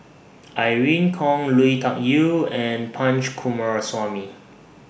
Irene Khong Lui Tuck Yew and Punch Coomaraswamy